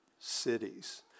cities